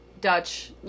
Dutch